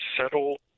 settle